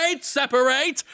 separate